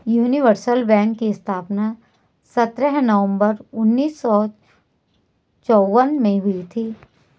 universal bank की स्थापना सत्रह नवंबर उन्नीस सौ चौवन में हुई थी